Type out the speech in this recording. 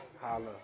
Holla